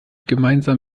gemeinsam